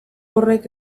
horrek